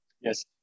Yes